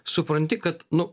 supranti kad nu